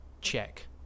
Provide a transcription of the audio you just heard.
check